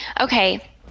okay